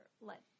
let